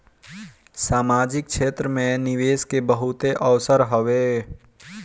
सामाजिक क्षेत्र में निवेश के बहुते अवसर हवे